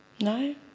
No